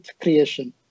creation